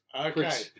Okay